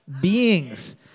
beings